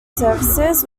services